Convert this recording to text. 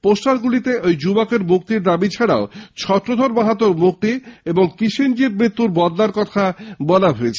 পোস্টারগুলিতে ঐ যুবকের মুক্তির দাবি ছাড়াও ছত্রধর মাহাতোরও মুক্তি ও কিষেণজীর মৃত্যুর বদলার কথা বলা হয়েছে